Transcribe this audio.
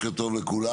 בוקר טוב לכולם,